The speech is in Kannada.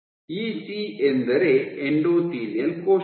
ಇಸಿ ಎಂದರೆ ಎಂಡೋಥೆಲಿಯಲ್ ಕೋಶಗಳು